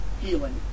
healing